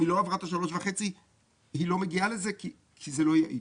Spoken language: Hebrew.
אם היא לא עברה את ה-3.5 היא לא מגיעה לזה כי זה לא יעיל.